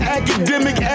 academic